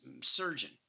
surgeon